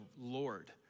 Lord